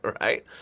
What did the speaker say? right